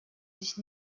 sich